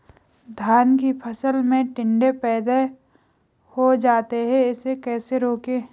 धान की फसल में टिड्डे पैदा हो जाते हैं इसे कैसे रोकें?